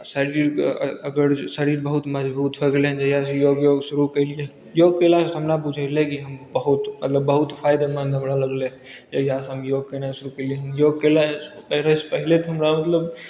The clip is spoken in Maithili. आओर शारीरिक अपन जे शरीर बहुत मजगूत हो गेलय जहियासँ योग उग शुरू कयलियै योग कयलासँ हमरा बुझयलै कि हम बहुत मतलब बहुत फाइदेमन्द रहऽ लगलइ जहियासँ हम योग करनाइ शुरू कयलियै हँ योग कयला करयसँ पहिले तऽ हमरा मतलब